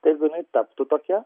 tai jeigu jinai taptų tokia